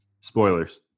Spoilers